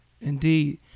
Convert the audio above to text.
Indeed